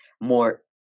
more